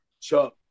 Chuck